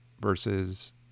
versus